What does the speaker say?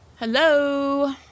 Hello